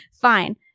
Fine